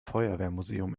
feuerwehrmuseum